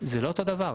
זה אותו הדבר.